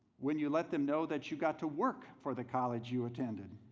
when you let them know that you got to work for the college you attended.